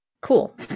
cool